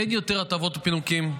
אין יותר הטבות ופינוקים,